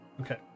Okay